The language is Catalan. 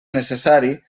necessari